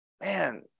man